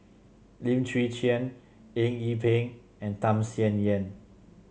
Lim Chwee Chian Eng Yee Peng and Tham Sien Yen